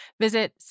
Visit